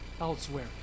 elsewhere